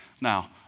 Now